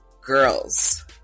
girls